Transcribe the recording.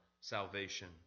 salvation